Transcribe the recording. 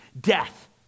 death